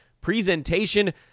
presentation